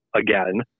again